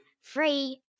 Free